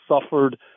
suffered